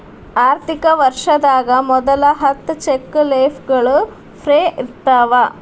ಆರ್ಥಿಕ ವರ್ಷದಾಗ ಮೊದಲ ಹತ್ತ ಚೆಕ್ ಲೇಫ್ಗಳು ಫ್ರೇ ಇರ್ತಾವ